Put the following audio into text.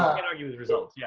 and argue with results. yeah